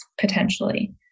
potentially